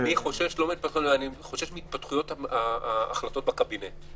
אני חושש מהחלטות הקבינט.